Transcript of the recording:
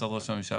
משרד ראש הממשלה.